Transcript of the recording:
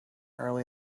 early